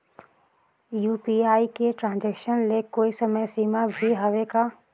UPI के transaction ले कोई समय सीमा भी हवे का?